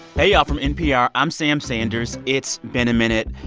hey, y'all. from npr, i'm sam sanders. it's been a minute.